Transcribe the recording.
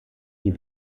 die